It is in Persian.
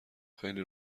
خیلی